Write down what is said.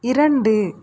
இரண்டு